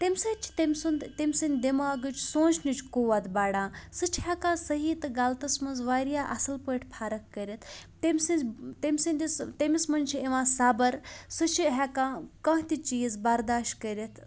تمہِ سۭتۍ چھِ تٔمۍ سُنٛد تٔمۍ سٕنٛدۍ دٮ۪ماغٕچ سونٛچنٕچ قوت بَڑان سُہ چھِ ہٮ۪کان صحیح تہٕ غلطَس منٛز واریاہ اَصٕل پٲٹھۍ فَرق کٔرِتھ تٔمۍ سٕنٛز تٔمۍ سٕنٛدِس تٔمِس منٛز چھِ یِوان صبر سُہ چھِ ہٮ۪کان کانٛہہ تہِ چیٖز بَرداش کٔرِتھ